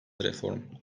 reform